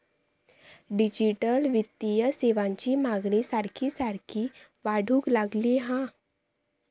digital वित्तीय सेवांची मागणी सारखी सारखी वाढूक लागली हा